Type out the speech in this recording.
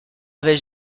avais